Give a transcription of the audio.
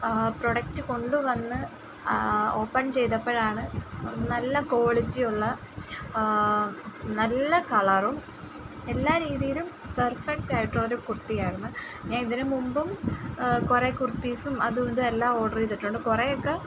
product കൊണ്ടുവന്ന് open ചെയ്തപ്പോഴാണ് നല്ല ക്വാളിറ്റി ഉള്ള നല്ല കളറും എല്ലാ രീതിയിലും പെർഫെക്റ്റ് ആയിട്ടുള്ളൊരു കുർത്തിയായിരുന്നു ഞാൻ ഇതിന് മുൻപും കുറേ കുർത്തീസും അതും ഇതും എല്ലാം ഓർഡർ ചെയ്തിട്ടുണ്ട് കുറേയൊക്കെ